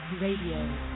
Radio